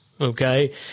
Okay